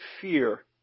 fear